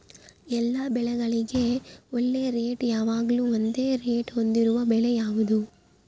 ಎಲ್ಲ ಬೆಳೆಗಳಿಗೆ ಒಳ್ಳೆ ರೇಟ್ ಯಾವಾಗ್ಲೂ ಒಂದೇ ರೇಟ್ ಹೊಂದಿರುವ ಬೆಳೆ ಯಾವುದು?